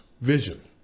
Vision